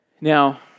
Now